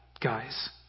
guys